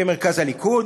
מרכז הליכוד.